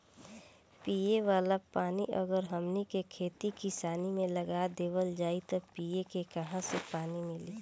पिए वाला पानी अगर हमनी के खेती किसानी मे लगा देवल जाई त पिए के काहा से पानी मीली